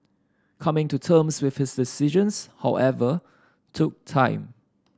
coming to terms with his decisions however took time